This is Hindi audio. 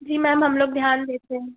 जी मैम हम लोग ध्यान देते हैं